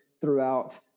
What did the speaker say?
throughout